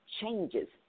changes